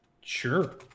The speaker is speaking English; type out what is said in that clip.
sure